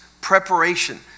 preparation